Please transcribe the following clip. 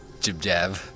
jib-jab